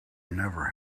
never